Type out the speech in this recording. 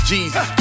Jesus